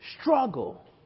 struggle